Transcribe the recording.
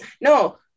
No